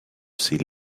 sea